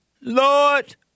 Lord